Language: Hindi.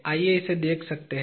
आप इसे देख सकते हैं